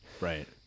Right